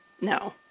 No